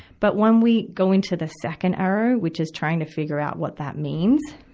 but when we go into the second arrow, which is trying to figure out what that means,